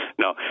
no